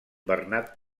bernat